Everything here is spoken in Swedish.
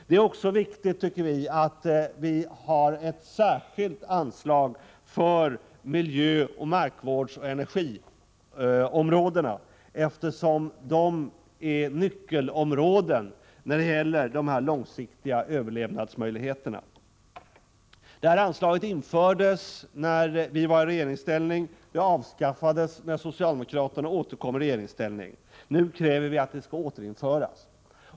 Det är också viktigt, tycker vi, att vi har ett särskilt anslag för miljö-, markvårdsoch energiområdena, eftersom de är nyckelområden när det gäller de långsiktiga överlevnadsmöjligheterna. Anslaget infördes när vi var i regeringsställning; det avskaffades när socialdemokraterna återkom i regeringsställning. Nu kräver vi att det skall återinföras.